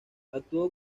actuó